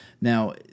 Now